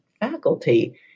faculty